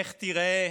איך תיראה